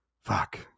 fuck